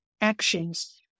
actions